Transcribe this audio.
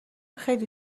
خیلی